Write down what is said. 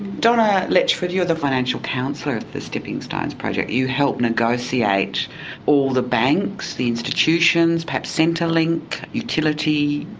donna letchford, you're the financial counsellor of the stepping stones project, you help negotiate all the banks, the institutions, perhaps centrelink, utilities.